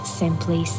simply